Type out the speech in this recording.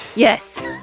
yes.